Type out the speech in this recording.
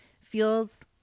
feels